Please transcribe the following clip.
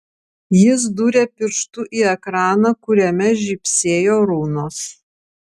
jis dūrė pirštu į ekraną kuriame žybsėjo runos